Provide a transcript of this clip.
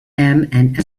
and